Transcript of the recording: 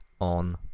on